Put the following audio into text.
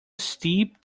steep